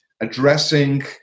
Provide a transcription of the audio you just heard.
addressing